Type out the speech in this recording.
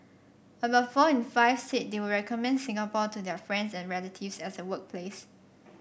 about four in five said they would recommend Singapore to their friends and relatives as a workplace